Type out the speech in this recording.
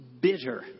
bitter